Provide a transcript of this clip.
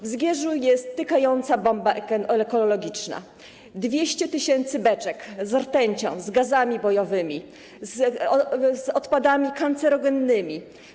W Zgierzu jest tykająca bomba ekologiczna, 200 tys. beczek z rtęcią, z gazami bojowymi, z odpadami kancerogennymi.